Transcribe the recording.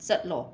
ꯆꯠꯂꯣ